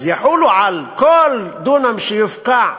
אז יחולו על כל דונם שיופקע,